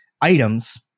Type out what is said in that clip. items